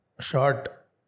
short